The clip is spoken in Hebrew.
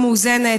המאוד-לא-מאוזנת,